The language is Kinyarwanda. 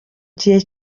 gihe